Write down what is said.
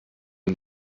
ihm